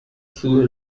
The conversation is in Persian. سوء